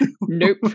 Nope